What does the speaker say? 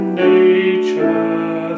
nature